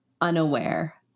unaware